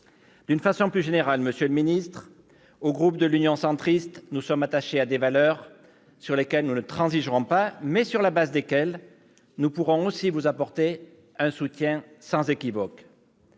D'une façon plus générale, monsieur le secrétaire d'État, le groupe Union Centriste est attaché à des valeurs sur lesquelles nous ne transigerons pas, mais sur le fondement desquelles nous pourrons aussi vous apporter un soutien sans équivoque.